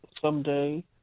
someday